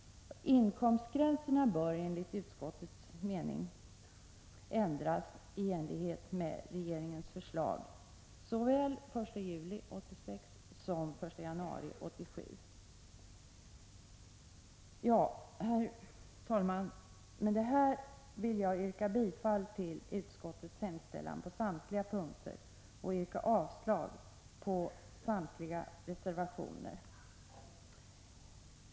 Inkomstgränserna bör enligt utskottets mening ändras i enlighet med regeringens förslag såväl den 1 juli 1986 som den 1 januari 1987. Herr talman! Med detta vill jag yrka bifall till utskottets hemställan på samtliga punkter och yrka avslag på samtliga reservationer.